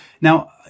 Now